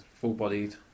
Full-bodied